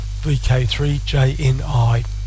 VK3JNI